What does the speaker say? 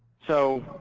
so